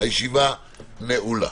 הישיבה נעולה.